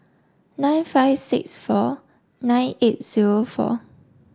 nine five six four nine eight zero four